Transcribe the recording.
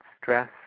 stress